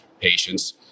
patients